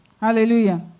Hallelujah